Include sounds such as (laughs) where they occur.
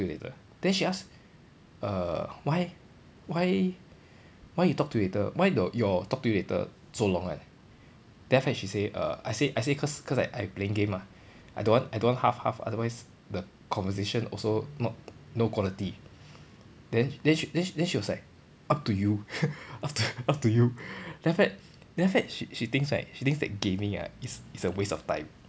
later then she ask err why why why you talk to you later why your your talk to you later so long [one] then after that she say err I say I say cause cause I I playing game mah I don't want I don't want half half otherwise the conversation also not no quality then then then then she was like up to you (laughs) up to (laughs) up to you then after that then after that she she thinks right she thinks that gaming ah is is a waste of time